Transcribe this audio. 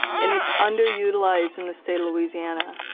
and it's under utilized in the state of louisiana.